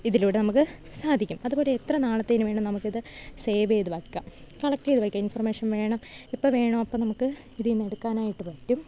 ഇതിലൂടെ നമുക്ക് സാധിക്കും അതുപോലെ എത്രനാളത്തേനും വേണേ നമുക്കിത് സേവ്യ്ത് വയ്ക്കാം കളക്ട്യ്ത് വയ്ക്കാം ഇൻഫോർമേഷൻ വേണം എപ്പോള് വേണോ അപ്പോള് നമുക്ക് ഇതീന്നെടുക്കാനായിട്ട് പറ്റും